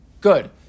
Good